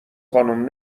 خانم